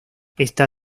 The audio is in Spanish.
esta